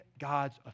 God's